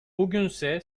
bugünse